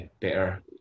better